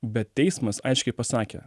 bet teismas aiškiai pasakė